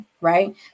right